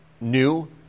new